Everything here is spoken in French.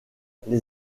les